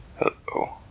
Hello